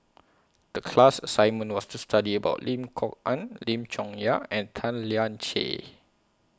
The class assignment was to study about Lim Kok Ann Lim Chong Yah and Tan Lian Chye